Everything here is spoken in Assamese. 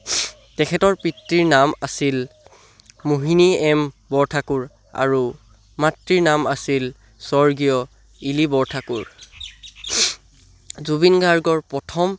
তেখেতৰ পিতৃৰ নাম আছিল মোহিনী এম বৰঠাকুৰ আৰু মাতৃৰ নাম আছিল স্বৰ্গীয় ইলী বৰঠাকুৰ জুবিন গাৰ্গৰ প্ৰথম